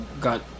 got